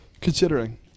considering